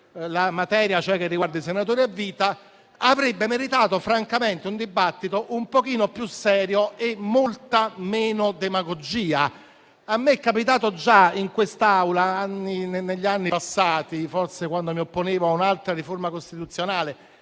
la materia che riguarda i senatori a vita, francamente, avrebbe meritato un dibattito più serio e molta meno demagogia. A me è già capitato in quest'Aula, negli anni passati, forse quando mi opponevo a un'altra riforma costituzionale,